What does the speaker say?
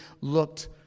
looked